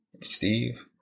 Steve